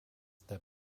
that